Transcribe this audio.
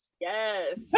Yes